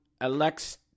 Alex